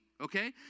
okay